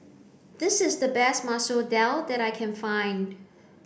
this is the best Masoor Dal that I can find